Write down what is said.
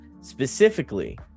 specifically